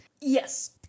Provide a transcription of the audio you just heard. yes